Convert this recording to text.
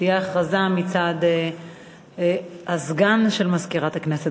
הודעה לסגן מזכירת הכנסת.